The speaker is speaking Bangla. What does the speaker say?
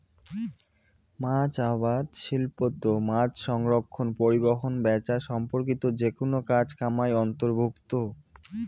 মাছ আবাদ শিল্পত মাছসংরক্ষণ, পরিবহন, ব্যাচা সম্পর্কিত যেকুনো কাজ কামাই অন্তর্ভুক্ত